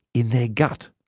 in their gut.